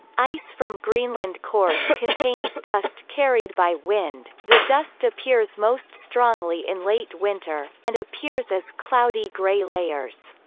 ice from greenland cores contains dust carried by wind the dust appears most strongly in late winter, and appears as cloudy grey layers.